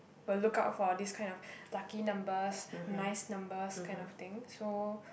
will lookout for these kind of lucky numbers nice numbers kind of thing so